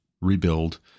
rebuild